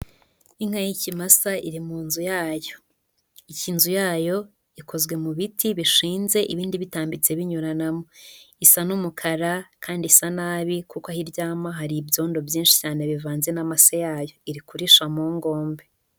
Inka y'ikimasa iri mu nzu yayo, inzu yayo ikozwe mu biti bishinze ibindi bitambitse binyuranamo, isa n'umukara kandi isa nabi kuko aho iryama hari ibyondo byinshi cyane bivanze n'amase yayo, iri kurisha mu ngombe.